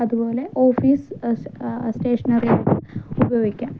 അതുപോലെ ഓഫീസ് സ്റ്റേ സ്റ്റേഷനറിയായിട്ട് ഉപയോഗിക്കാം